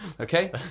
Okay